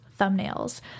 thumbnails